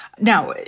Now